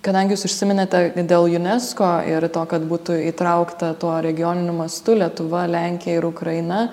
kadangi jūs užsiminėte dėl unesco ir to kad būtų įtraukta tuo regioniniu mastu lietuva lenkija ir ukraina